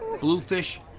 bluefish